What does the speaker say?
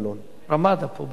"רמדה", פה בירושלים.